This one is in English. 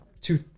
two